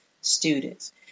students